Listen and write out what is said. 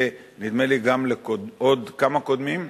ונדמה לי גם לעוד כמה קודמים.